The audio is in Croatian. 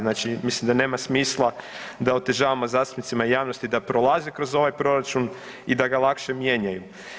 Znači, mislim da nema smisla da otežavamo zastupnicima i javnosti da prolaze kroz ovaj proračun i da ga lakše mijenjaju.